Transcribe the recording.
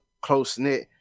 close-knit